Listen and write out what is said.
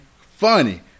funny